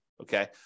Okay